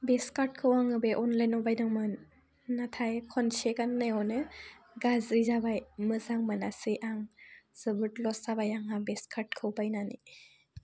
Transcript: बे स्कार्टखौ आं अनलाइनाव बायदोंमोन नाथाय खनसे गाननायावनो गाज्रि जाबाय मोजां मोनासै आं जोबोद लस जाबाय आंहा बे स्कार्टखौ बायनानै